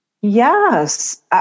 Yes